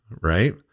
right